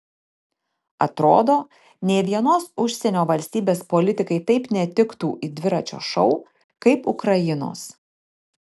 atrodo nė vienos užsienio valstybės politikai taip netiktų į dviračio šou kaip ukrainos